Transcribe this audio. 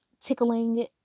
tickling